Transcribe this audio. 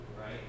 right